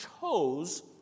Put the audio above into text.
chose